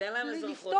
פשוט תנו להם אזרחות.